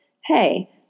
hey